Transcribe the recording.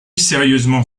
sérieusement